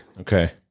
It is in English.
Okay